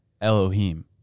Elohim